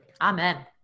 Amen